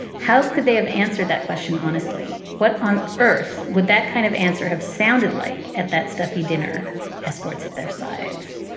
how could they have answered that question honestly? what on earth would that kind of answer have sounded like at that stuffy dinner escort's at their sides.